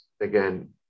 again